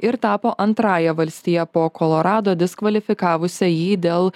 ir tapo antrąja valstija po kolorado diskvalifikavusia jį dėl